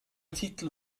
titel